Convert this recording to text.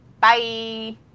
Bye